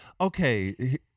okay